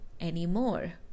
anymore